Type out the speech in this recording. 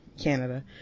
canada